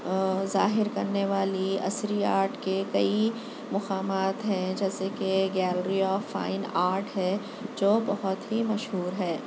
ظاہر کرنے والی عصری آرٹ کے کئی مقامات ہیں جیسے کہ گیلری آف فائن آرٹ ہے جو بہت ہی مشہور ہے